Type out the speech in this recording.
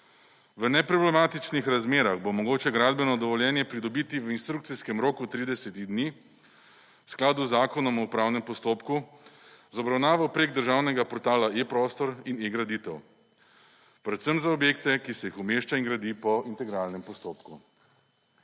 V neproblematičnih razmerah bo mogoče gradbeno dovoljenje pridobiti v instrukcijskem roku 30 dni v skladu z Zakonom o upravnem postopku z obravnavo preko državnega portala e-prostor in e-graditev predvsem za objekte, ki se jih umešča in gradi po integralnem postopku.